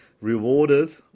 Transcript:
rewarded